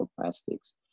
plastics